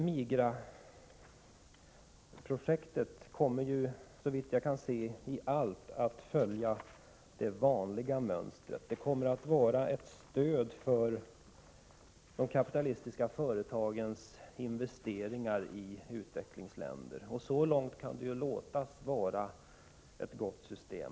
MIGA-projektet kommer såvitt jag kan se att i allt följa det vanliga mönstret. Det kommer att vara ett stöd för de kapitalistiska företagens investeringar i utvecklingsländer, och så långt kan det tyckas vara ett gott system.